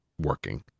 working